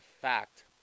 fact